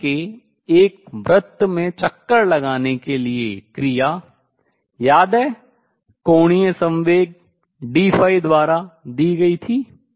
और इस कण के एक वृत्त में चक्कर लगाने के लिए क्रिया याद है कोणीय संवेग dϕ द्वारा दी गई थी